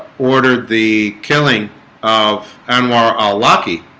ordered the killing of anwar awlaki